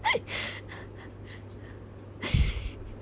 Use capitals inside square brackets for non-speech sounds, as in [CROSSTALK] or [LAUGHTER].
[LAUGHS]